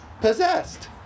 Possessed